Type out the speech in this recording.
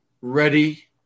ready